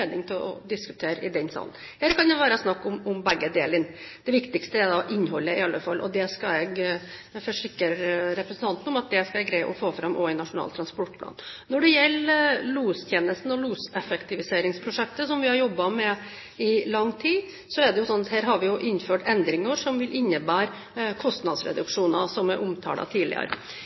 anledning til å diskutere i denne salen. Her kan det være snakk om begge deler. Det viktigste er innholdet i alle fall, og det skal jeg forsikre representanten om at det skal jeg greie å få fram også i Nasjonal transportplan. Når det gjelder lostjenesten og loseffektiviseringsprosjektet, som vi har jobbet med i lang tid, er det sånn at her har vi innført endringer som vil innebære kostnadsreduksjoner, som jeg omtalte tidligere. Vi er